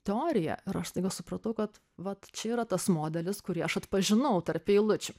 teorija ir aš staiga supratau kad vat čia yra tas modelis kurį aš atpažinau tarp eilučių